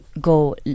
go